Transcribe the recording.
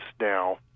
now